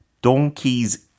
donkey's